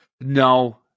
No